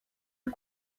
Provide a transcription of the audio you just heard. est